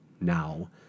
now